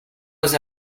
was